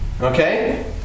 Okay